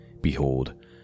Behold